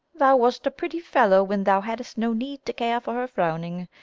thou wast a pretty fellow when thou hadst no need to care for her frowning.